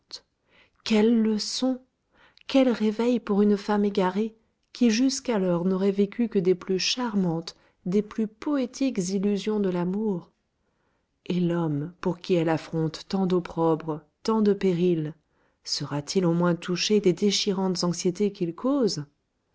quelle leçon quel réveil pour une femme égarée qui jusqu'alors n'aurait vécu que des plus charmantes des plus poétiques illusions de l'amour et l'homme pour qui elle affronte tant d'opprobre tant de périls sera-t-il au moins touché des déchirantes anxiétés qu'il cause